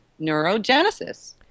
neurogenesis